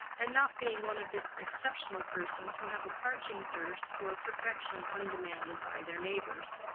and not being one of the exceptional persons who have a parching thirst for a perfection undemanded by their neighbors.